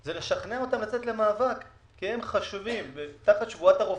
זה לשכנע אותם לצאת למאבק, כי הם תחת שבועת הרופא,